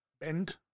bend